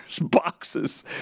boxes